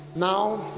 Now